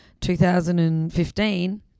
2015